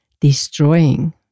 destroying